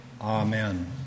Amen